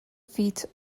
feet